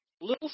little